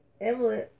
Emily